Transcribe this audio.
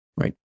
right